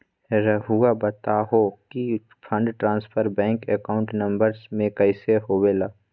रहुआ बताहो कि fund transfer bank account number में कैसे होबेला?